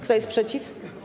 Kto jest przeciw?